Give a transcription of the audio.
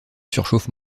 surchauffe